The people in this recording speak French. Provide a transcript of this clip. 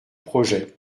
projets